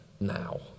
now